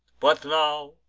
but now,